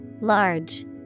Large